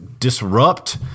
Disrupt